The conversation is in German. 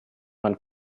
man